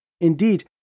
Indeed